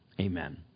amen